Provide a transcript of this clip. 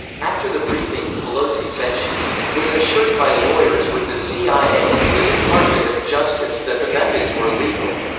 after the briefing, pelosi said she was assured by lawyers with the cia and the department of justice that the methods were legal.